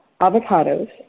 avocados